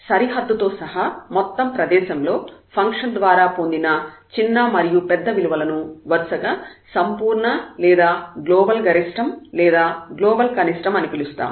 సరిహద్దు తో సహా మొత్తం ప్రదేశం లో ఫంక్షన్ ద్వారా పొందిన చిన్న మరియు పెద్ద విలువలను వరుసగా సంపూర్ణ లేదా గ్లోబల్ గరిష్టం లేదా గ్లోబల్ కనిష్టం అని పిలుస్తారు